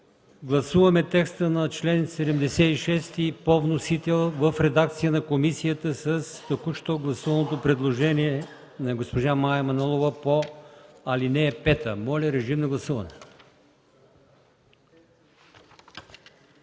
Гласуваме текста на чл. 76 по вносител в редакция на комисията с току-що гласуваното предложение на госпожа Мая Манолова по ал. 5. Гласували